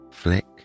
Flick